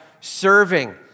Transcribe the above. serving